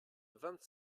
vingt